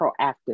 proactive